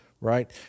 right